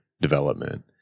development